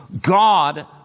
God